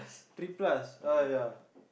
three plus !aiya!